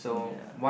yeah